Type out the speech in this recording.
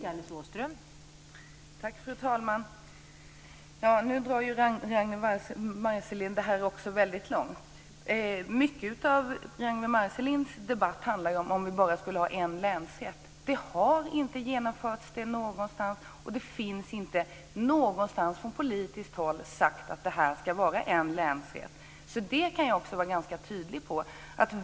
Fru talman! Nu drar Ragnwi Marcelind det här väldigt långt. Mycket av det som Ragnwi Marcelind säger låter som att vi bara skulle ha en tingsrätt i varje län. Det har inte genomförts, och det har inte sagts från politiskt håll att det ska vara en tingsrätt.